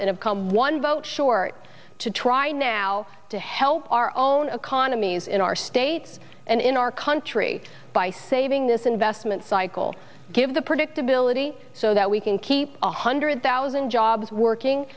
and have come one vote short to try now to help our own economies in our states and in our country by saving this investment cycle give the predictability so that we can keep one hundred thousand jobs working